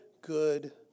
good